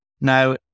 Now